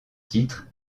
titre